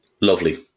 Lovely